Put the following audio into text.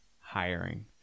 hiring